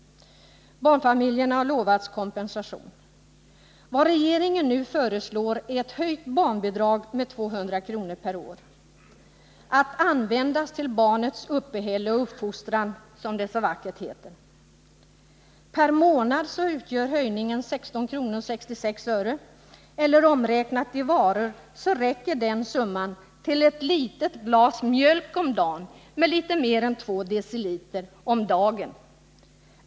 Barnfamiljerna har lovats kompensation. Vad regeringen nu föreslår är ett höjt barnbidrag med 200 kr. per år — att användas till barnets uppehälle och uppfostran, som det så vackert heter. Per månad utgör höjningen 16:66 kr. Omräknat i varor räcker den summan till ett litet glas med 2,5 dl mjölk om dagen.